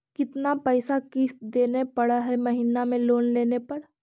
कितना पैसा किस्त देने पड़ है महीना में लोन लेने पर?